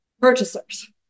purchasers